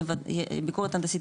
ביקורת הנדסית,